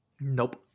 Nope